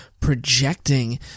projecting